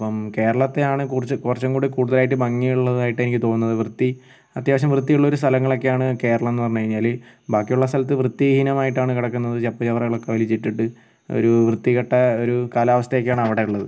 അപ്പം കേരളത്തെയാണ് കുറച്ച് കുറച്ചുംകൂടെ കൂടുതലായിട്ട് ഭംഗിയുള്ളതായിട്ട് എനിക്ക് തോന്നുന്നത് വൃത്തി അത്യാവശ്യം വൃത്തിയുള്ള ഒരു സ്ഥലങ്ങളൊക്കെയാണ് കേരളമെന്നു പറഞ്ഞു കഴിഞ്ഞാൽ ബാക്കിയുള്ള സ്ഥലത്തു വൃത്തിഹീനമായിട്ടാണ് കിടക്കുന്നത് ചപ്പ് ചവറുകളൊക്ക വലിച്ചിട്ടിട്ട് ഒരു വൃത്തികെട്ട ഒരു കാലാവസ്ഥയൊക്കെയാണ് അവിടെയുള്ളത്